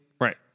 Right